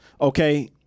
okay